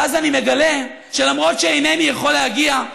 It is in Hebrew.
ואז אני מגלה שלמרות שאינני יכול להגיע,